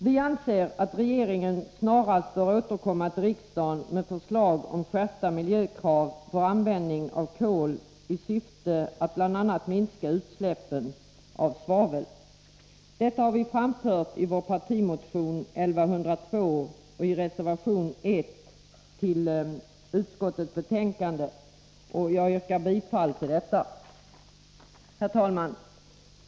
Vi anser att regeringen snarast bör återkomma till riksdagen med förslag till skärpta miljökrav för användning av kol i syfte att bl.a. minska utsläppen av svavel. Detta har vi framfört i vår partimotion 1102 och i reservation 1 till utskottets betänkande. Jag yrkar bifall till reservationen. Herr talman!